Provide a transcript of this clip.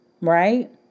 right